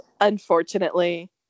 unfortunately